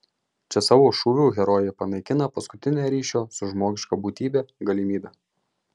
čia savo šūviu herojė panaikina paskutinę ryšio su žmogiška būtybe galimybę